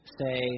say